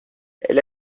elle